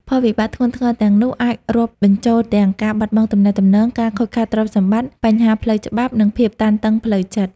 ផលវិបាកធ្ងន់ធ្ងរទាំងនោះអាចរាប់បញ្ចូលទាំង ការបាត់បង់ទំនាក់ទំនង ការខូចខាតទ្រព្យសម្បត្តិ បញ្ហាផ្លូវច្បាប់ និងភាពតានតឹងផ្លូវចិត្ត។